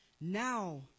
now